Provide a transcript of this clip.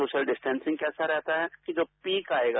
social distancing कैसा रहता है जो पीक आएगा